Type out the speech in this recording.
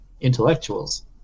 intellectuals